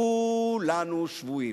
כולנו שבויים.